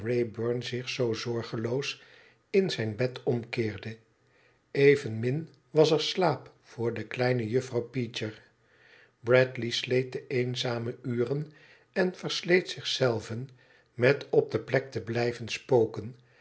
wraybum zich zoo zorgeloos in zijn bed omkeerde evenmin was er slaap voor de kleine juffrouw peecher bradley sleet de eenzame uren en versleet zich zelven met op de plek te blijven spoken